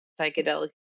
psychedelic